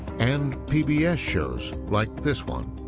and pbs shows like this one.